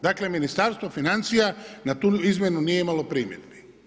Dakle, Ministarstvo financija na tu izmjenu nije imalo primjedbi.